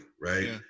right